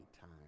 time